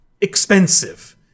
expensive